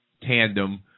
tandem